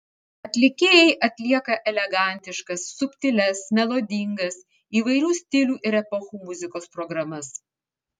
atlikėjai atlieka elegantiškas subtilias melodingas įvairių stilių ir epochų muzikos programas